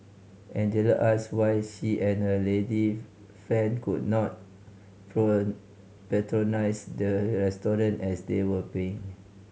Angelina asked why she and her lady friend could not patronise the restaurant as they were paying